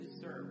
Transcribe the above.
serve